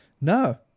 No